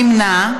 אילן גילאון,